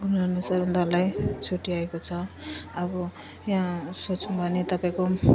गुण अनुसार उनीहरूलाई छुट्याएको छ अब यहाँ सोच्यौँ भने तपाईँको